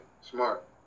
Smart